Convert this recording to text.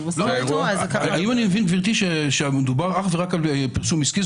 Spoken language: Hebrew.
גברתי, אני מבין שמדובר אך ורק על פרסום עסקי?